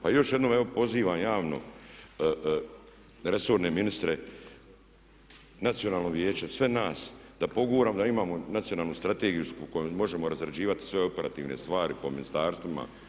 Pa još jednom evo pozivam javno resorne ministre, Nacionalno vijeće, sve nas da poguramo, da imamo nacionalnu strategiju u kojoj možemo razrađivati sve operativne stvari po ministarstvima.